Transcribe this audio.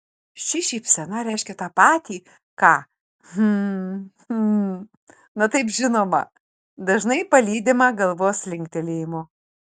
ši šypsena reiškia tą patį ką hm hm na taip žinoma dažnai palydima galvos linktelėjimu